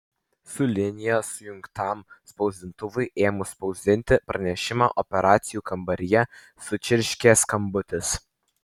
su linija sujungtam spausdintuvui ėmus spausdinti pranešimą operacijų kambaryje sučirškė skambutis